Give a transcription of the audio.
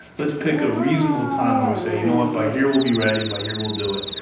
let's pick a reasonable time where we say you know what, by here we'll be ready, and by here we'll do it.